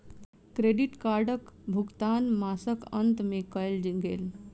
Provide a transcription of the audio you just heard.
credit कार्डक भुगतान मासक अंत में कयल गेल